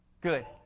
Good